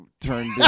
turned